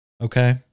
Okay